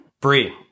Brie